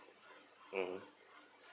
mmhmm